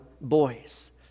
boys